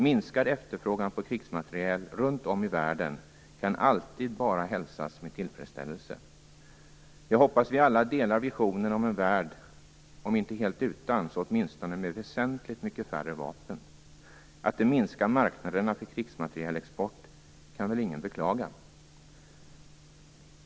Minskad efterfrågan på krigsmateriel runt om i världen kan alltid bara hälsas med tillfredsställelse. Jag hoppas vi alla delar visionen om en värld om inte helt utan så åtminstone med väsentligt mycket färre vapen. Att det minskar marknaderna för krigsmaterielexport kan väl ingen beklaga?